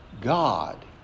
God